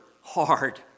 hard